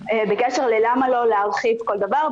בקשר ללמה לא להרחיב כל דבר.